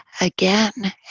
again